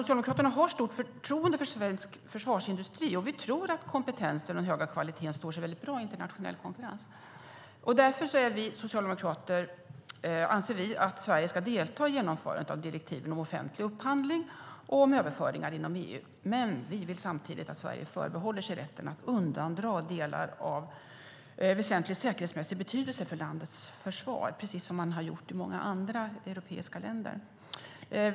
Socialdemokraterna har stort förtroende för svensk försvarsindustri, och vi tror att den kompetensen och den höga kvaliteten står sig bra i internationell konkurrens. Därför anser vi socialdemokrater att Sverige ska delta i genomförandet av direktiven om offentlig upphandling och om överföringar inom EU. Men vi vill samtidigt att Sverige förbehåller sig rätten att undandra delar av väsentlig säkerhetsmässig betydelse för landets försvar, precis som man har gjort i många andra europeiska länder.